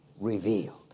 revealed